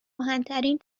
کهنترین